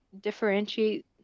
differentiate